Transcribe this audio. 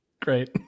great